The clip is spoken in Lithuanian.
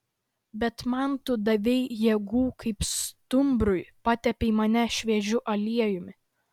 bet man tu davei jėgų kaip stumbrui patepei mane šviežiu aliejumi